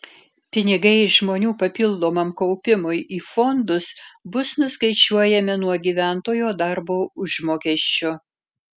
pinigai žmonių papildomam kaupimui į fondus bus nuskaičiuojami nuo gyventojo darbo užmokesčio